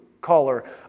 Caller